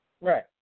Right